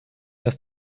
dass